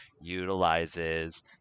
utilizes